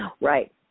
Right